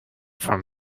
von